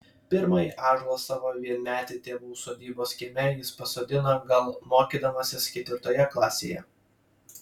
pirmąjį ąžuolą savo vienmetį tėvų sodybos kieme jis pasodino gal mokydamasis ketvirtoje klasėje